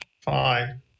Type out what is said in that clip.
fine